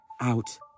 out